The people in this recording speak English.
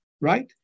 right